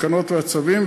התקנות והצווים,